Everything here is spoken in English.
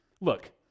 Look